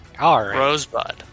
Rosebud